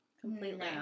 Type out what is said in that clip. completely